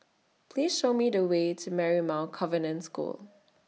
Please Show Me The Way to Marymount Convent School